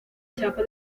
chapa